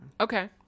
Okay